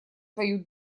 свою